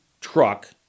truck